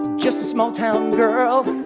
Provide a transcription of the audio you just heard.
just a small town girl,